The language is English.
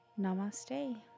Namaste